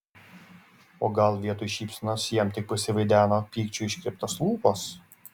o gal vietoj šypsenos jam tik pasivaideno pykčio iškreiptos lūpos